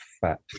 Fat